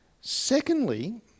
Secondly